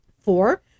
Four